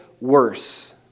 worse